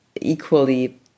equally